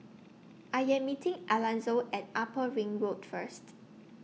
I Am meeting Alanzo At Upper Ring Road First